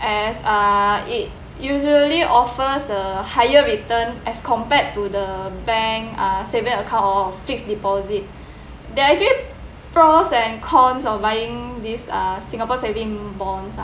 as ah it usually offers a higher return as compared to the bank uh saving account or fixed deposit there are actually pros and cons of buying these uh singapore saving bonds ah